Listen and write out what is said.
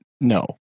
No